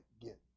get